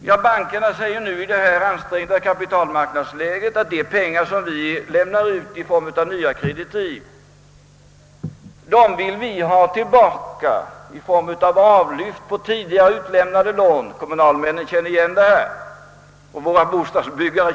Ja, bankerna säger i nuvarande ansträngda kapitalmarknadsläge att de pengar som lämnas ut i form av nya kreditiv önskar man till baka i avlyft på tidigare lämnade lån. Kommunalmännen känner igen detta liksom också våra bostadsbyggare.